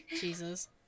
Jesus